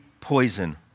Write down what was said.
poison